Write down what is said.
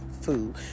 food